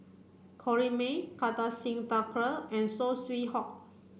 Corrinne May Kartar Singh Thakral and Saw Swee Hock